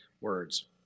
words